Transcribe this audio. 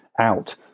out